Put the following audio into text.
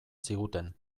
ziguten